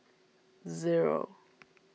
zero